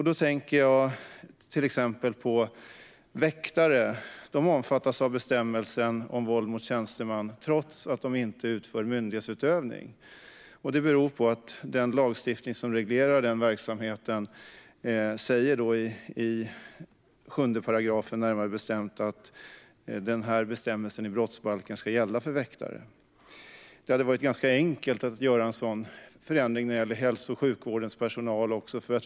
Då tänker jag till exempel på väktare. De omfattas av bestämmelsen om våld mot tjänsteman trots att de inte utför myndighetsutövning. Det beror på att den lagstiftning som reglerar den verksamheten säger, i 7 § närmare bestämt, att bestämmelsen i brottsbalken ska gälla för väktare. Det hade varit ganska enkelt att göra en sådan förändring när det gäller hälso och sjukvårdens personal.